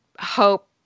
hope